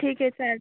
ठीक आहे चालेल